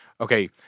okay